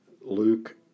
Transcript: Luke